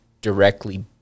directly